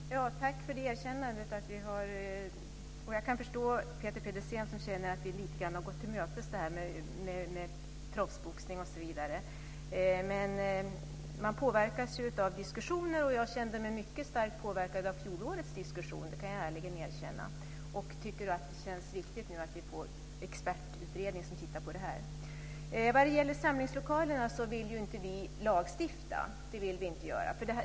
Herr talman! Tack för erkännandet. Jag kan förstå Peter Pedersen som känner att vi lite grann har gått honom till mötes i fråga om det här med proffsboxning osv. Man påverkas ju av diskussioner, och jag kände mig mycket starkt påverkad av fjolårets diskussion, det kan jag ärligen erkänna. Jag tycker att det känns riktigt att vi nu får en expertutredning som tittar på det här. När det gäller samlingslokalerna vill ju inte vi lagstifta. Det vill vi inte göra.